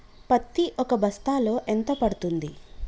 పత్తి ఒక బస్తాలో ఎంత పడ్తుంది?